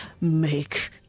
make